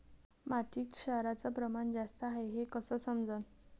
मातीत क्षाराचं प्रमान जास्त हाये हे कस समजन?